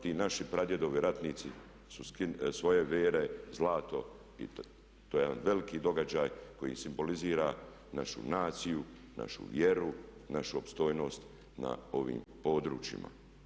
Ti naši pradjedovi ratnici su skinuli svoje vere, zlato i to je jedan veliki događaj koji simbolizira našu naciju, našu vjeru, našu opstojnost na ovim područjima.